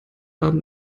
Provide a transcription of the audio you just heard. abend